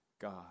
God